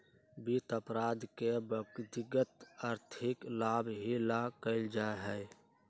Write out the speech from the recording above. वित्त अपराध के व्यक्तिगत आर्थिक लाभ ही ला कइल जा हई